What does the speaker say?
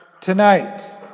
tonight